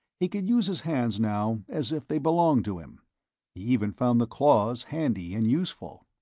he could use his hands now as if they belonged to him he even found the claws handy and useful.